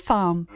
Farm